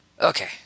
Okay